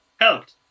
helped